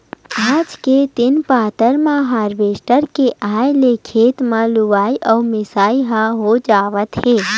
आज के दिन बादर म हारवेस्टर के आए ले खेते म लुवई अउ मिजई ह हो जावत हे